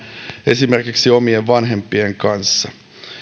esimerkiksi omien vanhempien kanssa